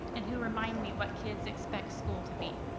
and who remind me what kids expect school to be.